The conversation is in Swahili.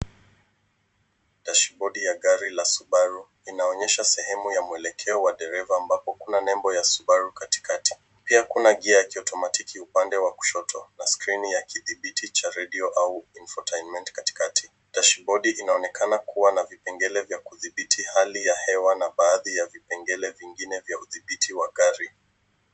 Dashboardi ya gari la Subaru inaonyesha sehemu ya mwelekeo wa dereva ambapo kuna nembo ya Subaru katikati. Pia kuna gear ya kiotomatiki upande wa kushoto na skrini ya kidhibiti cha redio au infotainment katikati. Dashboardi inaonekana kuwa na vipengele vya kudhibiti hali ya hewa na baadhi ya vipengele vingine vya udhibiti wa gari.